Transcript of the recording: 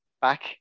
back